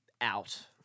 out